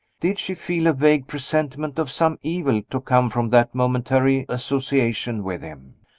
did she feel a vague presentiment of some evil to come from that momentary association with him?